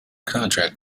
contract